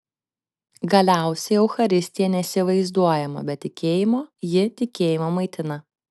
galiausiai eucharistija neįsivaizduojama be tikėjimo ji tikėjimą maitina